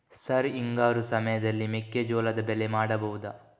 Sir ಹಿಂಗಾರು ಸಮಯದಲ್ಲಿ ಮೆಕ್ಕೆಜೋಳದ ಬೆಳೆ ಮಾಡಬಹುದಾ?